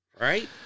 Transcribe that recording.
Right